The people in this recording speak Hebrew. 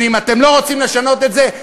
ואם אתם לא רוצים לשנות את זה,